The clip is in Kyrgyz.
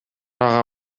ага